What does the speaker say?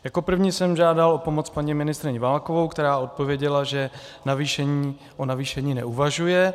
Jako první jsem žádal o pomoc paní ministryni Válkovou, která odpověděla, že o navýšení neuvažuje.